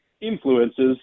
influences